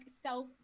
self